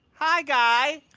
hi, guy